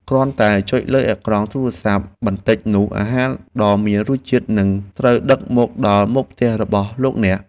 គ្រាន់តែចុចលើអេក្រង់ទូរស័ព្ទដៃបន្តិចនោះអាហារដ៏មានរសជាតិនឹងត្រូវដឹកមកដល់មុខផ្ទះរបស់លោកអ្នក។